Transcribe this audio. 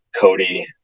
Cody